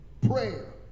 Prayer